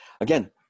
Again